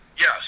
yes